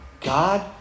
God